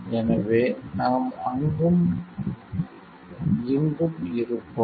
எனவே நாம் அங்கும் இங்கும் இருப்போம்